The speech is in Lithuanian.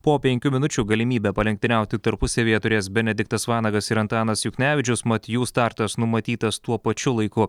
po penkių minučių galimybę palenktyniauti tarpusavyje turės benediktas vanagas ir antanas juknevičius mat jų startas numatytas tuo pačiu laiku